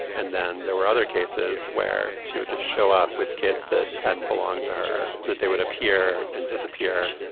and then there were other cases where she would just show up with kids that hadn't belonged to her that they would appear and disappear.